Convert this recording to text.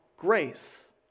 grace